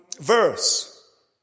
verse